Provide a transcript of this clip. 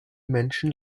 menschen